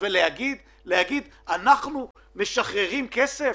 ולהגיד "אנחנו משחררים כסף"?